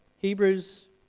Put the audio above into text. Hebrews